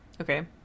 Okay